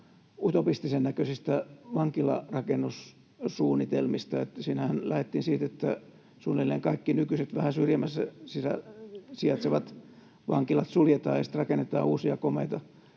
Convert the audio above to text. utopistisen näköisistä vankilarakennussuunnitelmista. Niissähän lähdettiin siitä, että suunnilleen kaikki nykyiset vähän syrjemmässä sijaitsevat vankilat suljetaan ja rakennetaan uusia komeita